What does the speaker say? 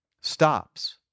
stops